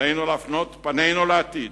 עלינו להפנות פנינו לעתיד